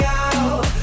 out